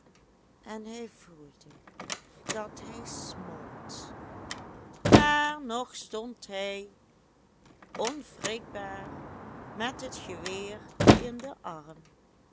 en hij voelde dat hij smolt maar nog stond hij onwrikbaar met het geweer in den arm